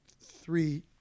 three